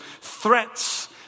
threats